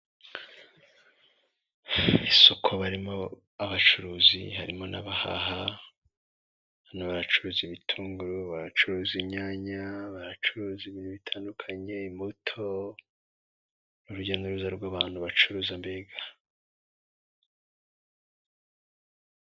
Isoko barimo abacuruzi harimo n'abahaha hano baracuruza ibitunguru, baracuruza inyanya, baracuruza ibintu bitandukanye imbuto urujya n'uruza rw'abantu bacuruza mbega.